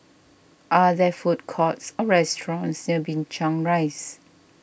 are there food courts or restaurants near Binchang Rise